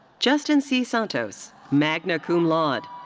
justin c. santos, magna cum laude.